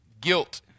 guilt